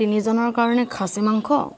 তিনিজনৰ কাৰণে খাচী মাংস